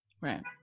right